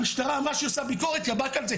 המשטרה אמרה שהיא עושה ביקורת על זה.